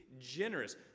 generous